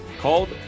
called